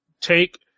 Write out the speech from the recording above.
take